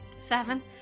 Seven